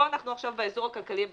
פה אנחנו עכשיו באזור הכלכלי הבלעדי,